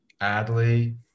adley